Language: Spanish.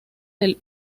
del